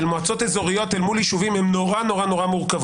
מועצות אזוריות אל מול יישובים הן נורא מורכבות,